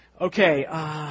Okay